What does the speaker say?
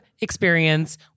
experience